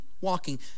walking